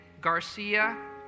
Garcia